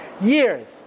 years